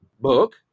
book